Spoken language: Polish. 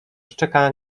szczeka